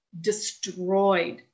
destroyed